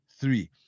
three